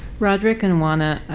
roderick and uwana,